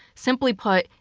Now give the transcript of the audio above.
simply put,